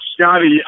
Scotty